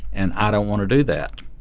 and i don't want to do that.